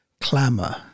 Clamour